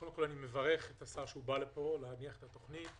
קודם כול אני מברך את השר שבא לפה להניח את התוכנית,